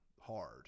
Hard